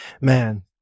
Man